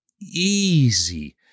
easy